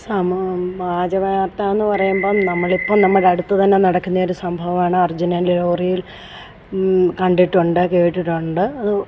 സമ വ്യാജവാർത്ത എന്ന് പറയുമ്പം നമ്മളിപ്പം നമ്മുടെ അടുത്ത് തന്നെ നടക്കുന്ന ഒരു സംഭവമാണ് അർജുനൻ്റെ ലോറിയിൽ കണ്ടിട്ടുണ്ട് കേട്ടിട്ടുണ്ട് അത്